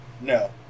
No